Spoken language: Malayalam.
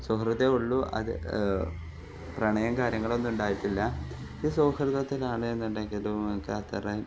സൗഹൃദമേ ഉള്ളു അത് പ്രണയം കാര്യങ്ങളൊന്നും ഉണ്ടായിട്ടില്ല ഈ സുഹൃദത്തിൽ ആൺന്നുണ്ടെങ്കിലും എനിക്ക് അത്രയും